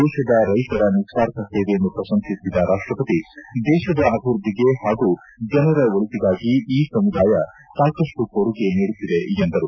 ದೇಶದ ರೈತರ ನಿಸ್ವಾರ್ಥ ಸೇವೆಯನ್ನು ಪ್ರಶಂಸಿಸಿದ ರಾಷ್ಟಪತಿ ದೇಶದ ಅಭಿವೃದ್ದಿಗೆ ಹಾಗೂ ಜನರ ಒಳಿತಿಗಾಗಿ ಈ ಸಮುದಾಯ ಸಾಕಷ್ಟು ಕೊಡುಗೆ ನೀಡುತ್ತಿದೆ ಎಂದರು